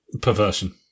perversion